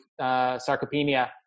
sarcopenia